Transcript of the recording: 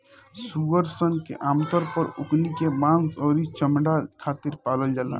सूअर सन के आमतौर पर ओकनी के मांस अउरी चमणा खातिर पालल जाला